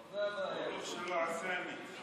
שזה היום הדבר הקדוש ביותר בערכים של מדינת ישראל,